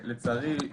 לצערי,